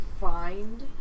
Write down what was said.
find